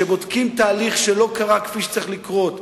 כשבודקים תהליך שלא קרה כפי שצריך לקרות,